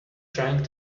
trying